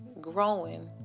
growing